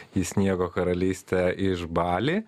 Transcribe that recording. į sniego karalystę iš bali